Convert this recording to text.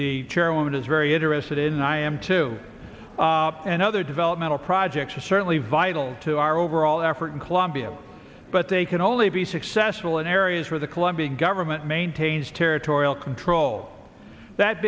the chairwoman is very interested in and i am too and other developmental projects are certainly vital to our overall effort in colombia but they can only be successful in areas where the colombian government maintains territorial control that